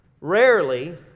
Rarely